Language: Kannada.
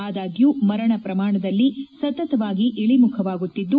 ಆದಾಗ್ಡ್ಡೂ ಮರಣ ಪ್ರಮಾಣದಲ್ಲಿ ಸತತವಾಗಿ ಇಳಿಕೆಯಾಗುತ್ತಿದ್ದು